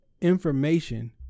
information